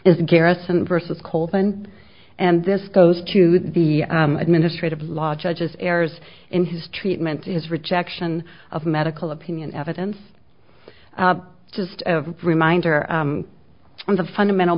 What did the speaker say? is garrison versus colton and this goes to the administrative law judges errors in his treatment his rejection of medical opinion evidence just a reminder on the fundamental